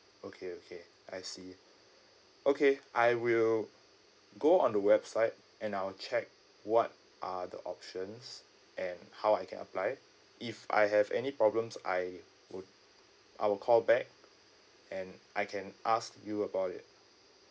okay okay I see okay I will go on the website and I'll check what are the options and how I can apply it if I have any problems I would I'll call back and I can ask you about it